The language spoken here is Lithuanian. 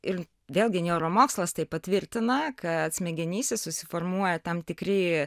ir vėlgi neuromokslas tai patvirtina kad smegenyse susiformuoja tam tikri